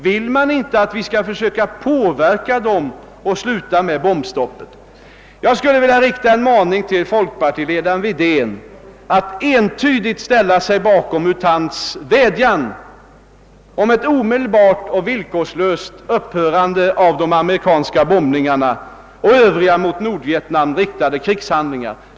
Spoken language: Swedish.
Vill herr Wedén inte att vi skall försöka påverka amerikanarna att upphöra med bombningarna? Jag vill rikta en maning till folkpartiledaren att entydigt och lika helhjärtat som herr Hedlund ställa sig bakom U Thants vädjan om ett omedelbart och villkorslöst upphörande av bombningarna och övriga mot Nordvietnam riktade krigshandlingar.